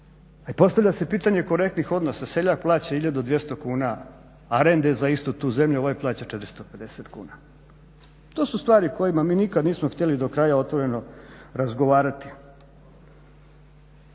a i postavlja se pitanje korektnih odnosa, seljak plaća 1200 kuna a rende za istu tu zemlju ovaj plaća 450 kuna. To su stvari kojima mi nikad nismo htjeli do kraja otvoreno razgovarati.